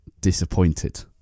disappointed